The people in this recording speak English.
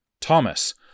Thomas